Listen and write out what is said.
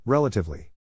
Relatively